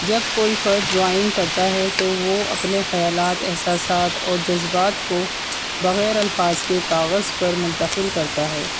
جب کوئی فرد ڈرائنگ کرتا ہے تو وہ اپنے خیالات احساسات اور جذبات کو بغیر الفاظ کے کاغذ پر منتقل کرتا ہے